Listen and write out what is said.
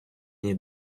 мені